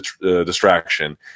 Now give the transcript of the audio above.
distraction